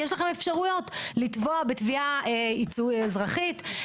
יש לכם אפשרויות לתבוע בתביעה אזרחית,